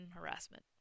harassment